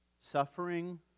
Suffering